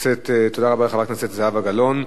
חברת הכנסת זהבה גלאון.